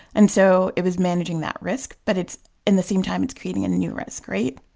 and so it was managing that risk. but it's in the same time, it's creating a new risk, right?